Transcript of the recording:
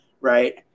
right